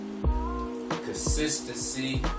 Consistency